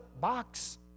box